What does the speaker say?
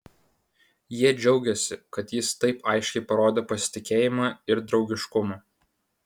jie džiaugėsi kad jis taip aiškiai parodė pasitikėjimą ir draugiškumą